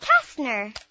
Kastner